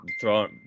throw